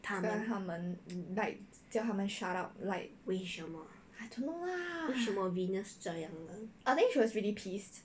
跟他们 like 叫他们 shut up like don't know lah I think she was really pissed